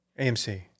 AMC